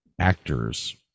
actors